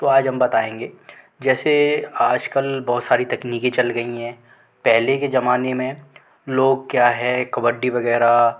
तो आज हम बताएंगे जैसे आज कल बहुत सारी तकनीकें चल गई हैं पहले के ज़माने में लोग क्या है कबड्डी वग़ैरह